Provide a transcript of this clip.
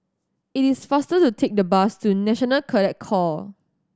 it is faster to take the bus to National Cadet Corp